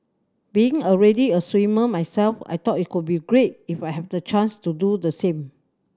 being already a swimmer myself I thought it could be great if I have the chance to do the same